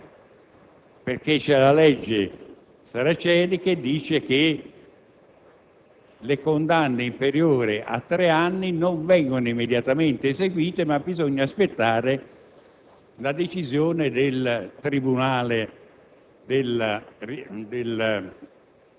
Di tutto questo non si è parlato; si parla di sicurezza e non si dice che in Italia le condanne inferiori a tre anni non vengono praticamente scontate, perché la legge Saraceni prevede che